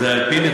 זה לא מדויק.